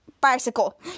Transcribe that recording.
bicycle